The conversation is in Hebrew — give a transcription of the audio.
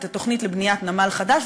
את התוכנית לבניית נמל חדש,